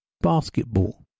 Basketball